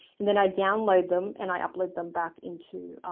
and then i download them and i upload them back into,